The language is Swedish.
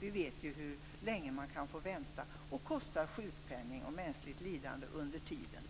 Vi vet ju hur länge man kan få vänta, vilket kostar sjukpenning och mänskligt lidande under tiden.